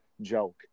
joke